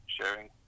sharing